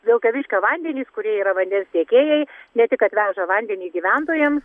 vilkaviškio vandenys kurie yra vandens tiekėjai ne tik kad veža vandenį gyventojam